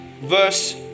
verse